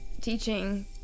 teaching